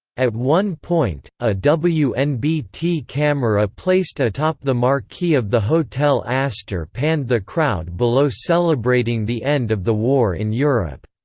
at one point, a wnbt camera placed atop the marquee of the hotel astor panned the crowd below celebrating the end of the war in europe.